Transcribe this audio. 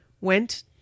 went